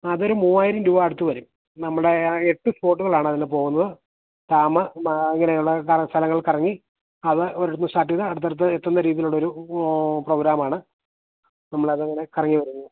അതൊരു മുവായിരം രൂപ അടുത്തു വരും നമ്മുടെ എട്ട് സ്പോട്ടുകളാണ് അതിൽ പോകുന്നത് ഡാം അങ്ങനെയുള്ള സ്ഥലങ്ങൾ കറങ്ങി അത് ഒരിടത്തുനിന്ന് സ്റ്റാർട്ടെയ്ത് അടുത്തടുത്ത് എത്തുന്ന രീതിയിലുള്ളൊരു പ്രോഗ്രാമാണ് നമ്മൾ അതിങ്ങനെ കറങ്ങി വരുന്നു